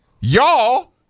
y'all